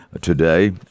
today